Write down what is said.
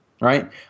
right